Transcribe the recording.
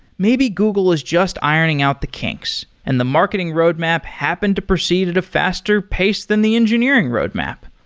maybe google is just ironing out the kinks and the marketing roadmap happened to proceed at a faster pace than the engineering roadmap,